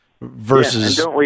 versus